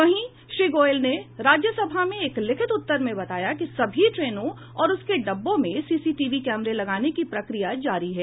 वहीं श्री गोयल ने राज्यसभा में एक लिखित उत्तर में बताया कि सभी ट्रेनों और उसके डिब्बों में सीसीटीवी कैमरे लगाने की प्रक्रिया जारी है